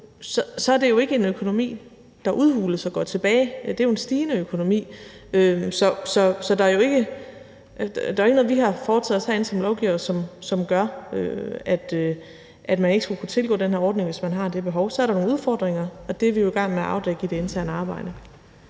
så er det jo ikke en økonomi, der udhules, og hvor der er tilbagegang. Det er jo en stigende økonomi. Så der er jo ikke noget, vi har foretaget os herinde som lovgivere, som gør, at man ikke skulle kunne tilgå den her ordning, hvis man har det behov. Så er der nogle udfordringer, og det er vi jo i gang med at afdække i det interne arbejde.